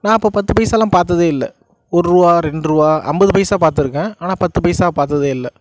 நான் அப்போ பத்து பைசாலாம் பார்த்ததே இல்லை ஒருபா ரெண்ட்டுருபா ஐம்பது பைசா பார்த்துருக்கேன் ஆனால் பத்து பைசா பார்த்ததே இல்லை